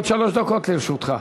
עוד שלוש דקות לרשותך.